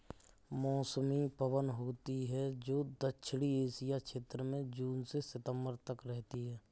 मौसमी पवन होती हैं, जो दक्षिणी एशिया क्षेत्र में जून से सितंबर तक रहती है